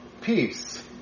Peace